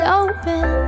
open